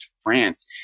France